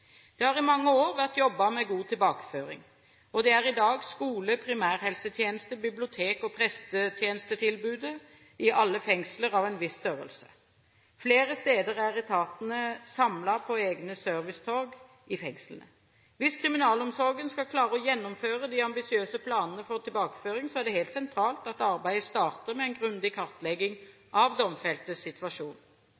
Det har i mange år vært jobbet med god tilbakeføring. Det er i dag skole-, primærhelsetjeneste-, bibliotek- og prestetjenestetilbud i alle fengsler av en viss størrelse. Flere steder er etatene samlet på egne servicetorg i fengslene. Hvis kriminalomsorgen skal klare å gjennomføre de ambisiøse planene for tilbakeføring, er det helt sentralt at arbeidet starter med en grundig kartlegging